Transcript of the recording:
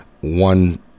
one